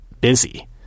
busy